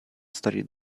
studied